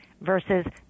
versus